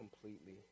completely